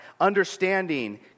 understanding